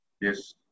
Yes